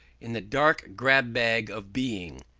in the dark grab-bag of being,